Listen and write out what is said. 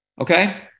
Okay